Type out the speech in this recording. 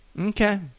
Okay